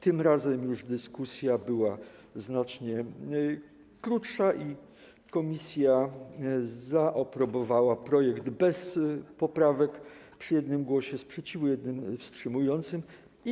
Tym razem już dyskusja była znacznie krótsza i komisja zaaprobowała projekt bez poprawek, przy 1 głosie sprzeciwu i 1 wstrzymującym się.